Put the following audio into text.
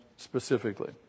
specifically